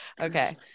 Okay